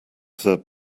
third